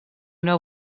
una